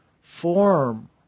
form